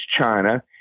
China